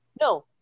No